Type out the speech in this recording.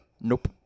Nope